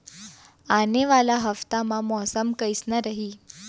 आने वाला हफ्ता मा मौसम कइसना रही?